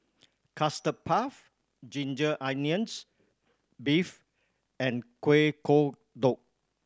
Custard Puff ginger onions beef and Kueh Kodok